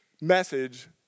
message